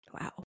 Wow